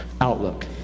outlook